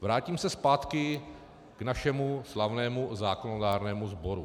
Vrátím se zpátky k našemu slavnému zákonodárnému sboru.